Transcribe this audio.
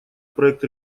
проект